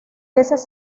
veces